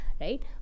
right